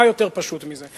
מה יותר פשוט מזה?